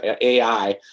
AI